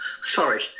Sorry